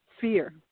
fear